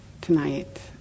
tonight